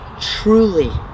truly